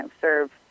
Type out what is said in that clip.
serve